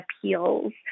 appeals